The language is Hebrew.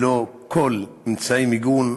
ללא כל אמצעי מיגון,